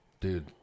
Dude